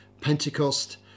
Pentecost